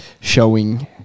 showing